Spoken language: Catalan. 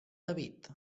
david